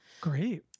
Great